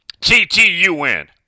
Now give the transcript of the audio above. TTUN